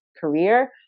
career